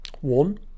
One